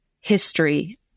history